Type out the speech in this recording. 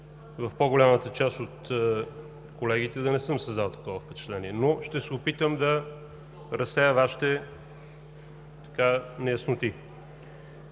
в по-голямата част от колегите да не съм създал такова впечатление. Но ще се опитам да разсея Вашите неясноти.